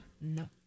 No